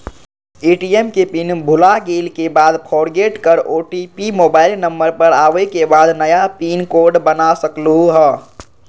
ATM के pin भुलागेल के बाद फोरगेट कर ओ.टी.पी मोबाइल नंबर पर आवे के बाद नया पिन कोड बना सकलहु ह?